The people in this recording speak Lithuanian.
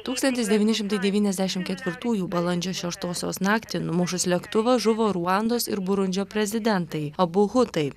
tūkstantis devyni šimtai devyniasdešim ketvirtųjų balandžio šeštosios naktį numušus lėktuvą žuvo ruandos ir burundžio prezidentai abu hutai